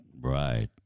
Right